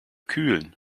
kühlen